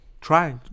Try